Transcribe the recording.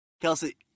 Kelsey